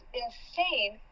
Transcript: insane